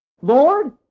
Lord